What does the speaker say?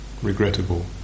regrettable